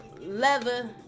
leather